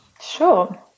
Sure